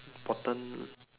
bottom